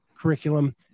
curriculum